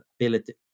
ability